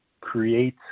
create